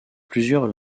plusieurs